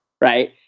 right